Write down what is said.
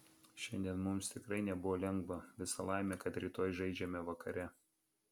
šiandien mums tikrai nebuvo lengva visa laimė kad rytoj žaidžiame vakare